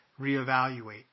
reevaluate